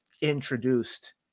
introduced